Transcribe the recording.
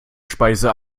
speise